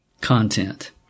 content